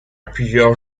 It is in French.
plusieurs